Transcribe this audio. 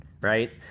right